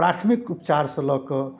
प्राथमिक उपचारसँ लऽ कऽ